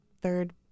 third